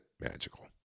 magical